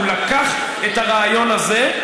הוא לקח את הרעיון הזה,